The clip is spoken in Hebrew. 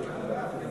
מליאה.